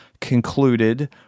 concluded